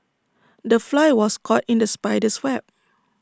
the fly was caught in the spider's web